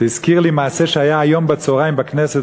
זה הזכיר לי מעשה שהיה היום בצהריים בכנסת,